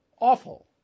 awful